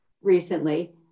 recently